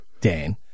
Dan